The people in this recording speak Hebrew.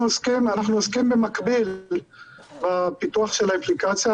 אנחנו עוסקים במקביל בפיתוח של האפליקציה.